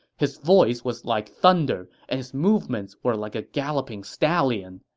his voice was like thunder and his movements were like a galloping stallion.